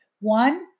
One